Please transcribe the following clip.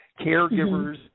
caregivers